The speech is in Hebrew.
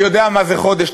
אני יודע מה זה חודש.